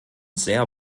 sehr